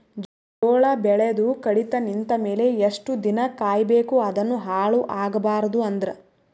ಜೋಳ ಬೆಳೆದು ಕಡಿತ ನಿಂತ ಮೇಲೆ ಎಷ್ಟು ದಿನ ಕಾಯಿ ಬೇಕು ಅದನ್ನು ಹಾಳು ಆಗಬಾರದು ಅಂದ್ರ?